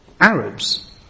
Arabs